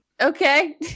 Okay